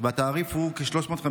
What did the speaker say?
והתעריף הוא כ-350 שקלים,